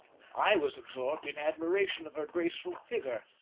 i was absorbed in admiration of her graceful figure,